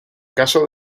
caso